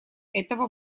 этого